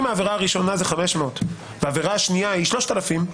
אם העבירה הראשונה היא 500 והעבירה השנייה היא 3,000,